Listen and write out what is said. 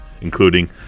including